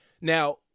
Now